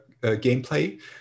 gameplay